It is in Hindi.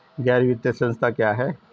गैर वित्तीय संस्था क्या है?